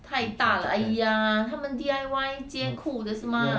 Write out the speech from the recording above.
太大了 !aiya! 他们 D_I_Y 接裤的是吗